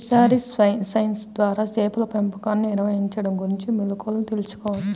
fisheries science ద్వారా చేపల పెంపకాన్ని నిర్వహించడం గురించిన మెళుకువలను తెల్సుకోవచ్చు